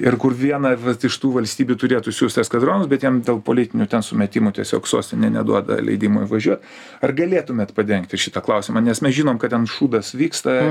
ir kur viena iš tų valstybių turėtų siųst eskadronus bet jiem dėl politinių sumetimų tiesiog sostinė neduoda leidimo įvažiuot ar galėtumėt padengti šitą klausimą nes mes žinom kad ten šūdas vyksta